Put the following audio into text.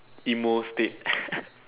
emo state